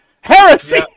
Heresy